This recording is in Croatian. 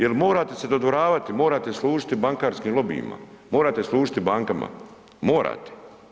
Jer morate se dodvoravati, morate služiti bankarskim lobijima, morate služiti bankama, morate.